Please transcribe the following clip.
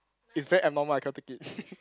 is very abnormal I cannot take it